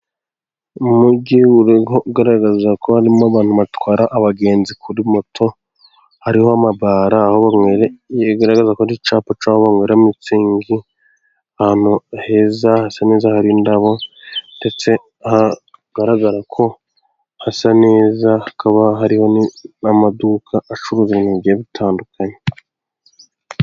Mu mujyi ugaragaza ko harimo abantu batwara abagenzi kuri moto, hariho amabara aho bigaragaza ko hari icyapa cy'aho banywera Mitsingi, ahantu heza, hasa neza hari indabo, ndetse bigaragara ko hasa neza, hakaba hariho n'amaduka acuruza ibintu bigiye bitandukanye.